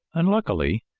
unluckily,